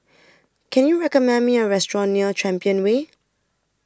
Can YOU recommend Me A Restaurant near Champion Way